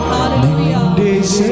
Hallelujah